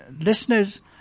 Listeners